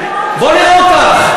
בואי נראה אותך.